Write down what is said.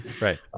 Right